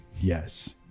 yes